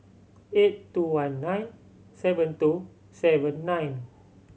eight two one nine seven two seven nine